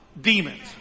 Demons